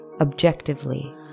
Objectively